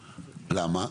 למה?